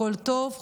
הכול טוב,